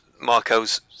Marco's